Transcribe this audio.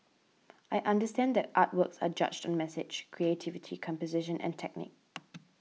I understand that artworks are judged on message creativity composition and technique